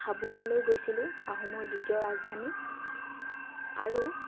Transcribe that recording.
হাবুঙলৈ গৈছিলোঁ আহোমৰ দ্বিতীয় ৰাজধানী আৰু